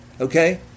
Okay